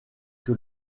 que